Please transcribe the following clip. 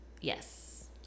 Yes